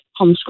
homeschool